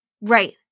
Right